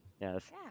Yes